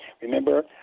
Remember